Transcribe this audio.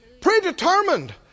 predetermined